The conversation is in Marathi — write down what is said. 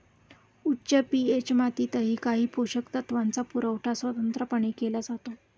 उच्च पी.एच मातीतही काही पोषक तत्वांचा पुरवठा स्वतंत्रपणे केला जातो